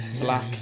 Black